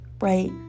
right